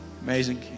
Amazing